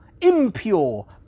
impure